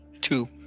two